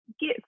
get